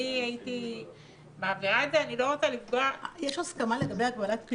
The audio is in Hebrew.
אני חושבת שיפעת היא יושבת-ראש נהדרת,